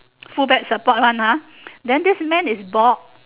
full back support one ah then this man is bored